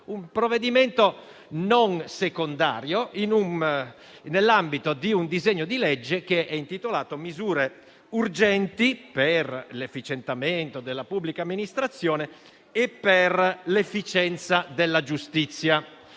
un provvedimento non secondario nell'ambito di un disegno di legge che reca misure urgenti per l'efficientamento della pubblica amministrazione e per l'efficienza della giustizia.